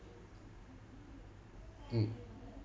mm